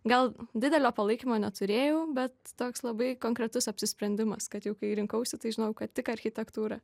gal didelio palaikymo neturėjau bet toks labai konkretus apsisprendimas kad jau kai rinkausi tai žinojau kad tik architektūrą